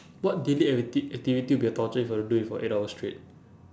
what daily acti~ activity will be a torture if I had to do it for eight hours straight